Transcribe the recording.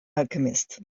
alchemist